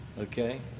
okay